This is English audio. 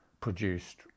produced